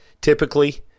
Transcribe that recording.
Typically